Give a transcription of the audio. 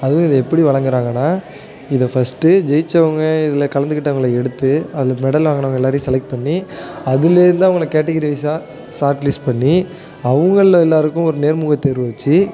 அதுவும் இது எப்படி வழங்குகிறாங்கன்னா இத ஃபஸ்ட்டு ஜெயிச்சவங்க இதில் கலந்துக்கிட்டவங்கள எடுத்து அந்த மெடல் வாங்குனவங்க எல்லோரையும் செலக்ட் பண்ணி அதுலேருந்து அவங்கள கேட்டகிரிவைஸாக ஷார்ட் லிஸ்ட் பண்ணி அவங்கள்ல எல்லோருக்கும் ஒரு நேர்முக தேர்வு வச்சு